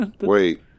Wait